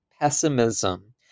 pessimism